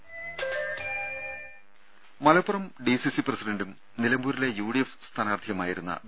രംഭ Malappuram DCC പ്രസിഡന്റും നിലമ്പൂരിലെ UDF സ്ഥാനാർഥിയുമായിരുന്ന വി